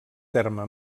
terme